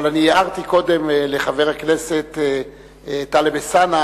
אבל אני הערתי קודם לחבר הכנסת טלב אלסאנע